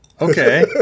okay